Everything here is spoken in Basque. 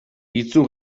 itsu